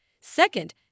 Second